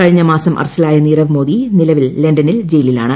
കഴിഞ്ഞ മാസം അറസ്റ്റിലായ നിരവ് മോദി നിലവിൽ ലണ്ടനിൽ ജയിലിലാണ്